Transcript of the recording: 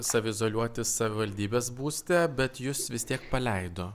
saviizoliuotis savivaldybės būste bet jus vis tiek paleido